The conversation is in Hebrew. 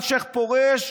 אלשיך פורש,